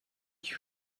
you